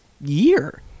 year